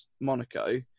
monaco